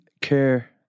care